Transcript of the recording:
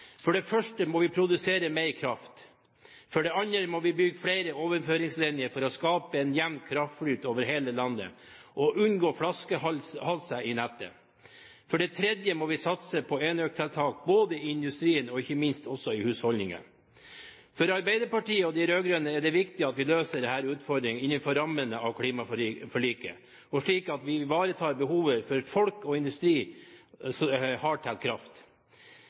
For det første må vi produsere mer kraft. For det andre må vi bygge flere overføringsledninger for å skape en jevn kraftflyt over hele landet og unngå flaskehalser i nettet. For det tredje må vi satse på enøktiltak, både i industrien og ikke minst også i husholdningene. For Arbeiderpartiet og de rød-grønne er det viktig at vi løser disse utfordringene innenfor rammene av klimaforliket, slik at vi ivaretar behovet som folk og industri har til kraft.